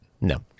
No